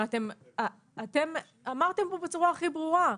הרי אתם אמרתם פה בצורה הכי ברורה,